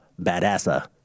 Badassa